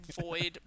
void